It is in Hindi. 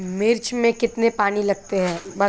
मिर्च में कितने पानी लगते हैं?